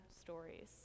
stories